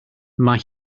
mae